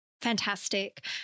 fantastic